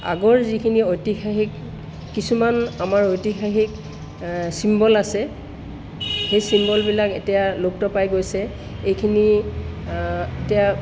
আগৰ যিখিনি ঐতিহাসিক কিছুমান আমাৰ ঐতিহাসিক চিম্বল আছে সেই চিম্বলবিলাক এতিয়া লুপ্ত পাই গৈছে এইখিনি এতিয়া